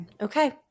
okay